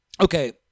Okay